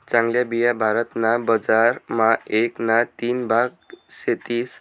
चांगल्या बिया भारत ना बजार मा एक ना तीन भाग सेतीस